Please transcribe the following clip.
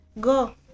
go